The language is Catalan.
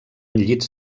llits